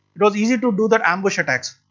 it was easy to do the ambush attacks.